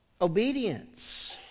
Obedience